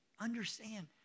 understand